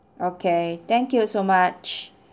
okay thank you so much